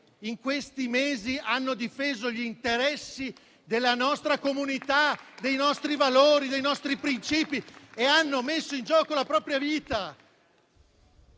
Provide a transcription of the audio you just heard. in questi mesi hanno difeso gli interessi della nostra comunità, dei nostri valori, dei nostri principi e hanno messo in gioco la propria vita.